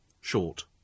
Short